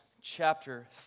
chapter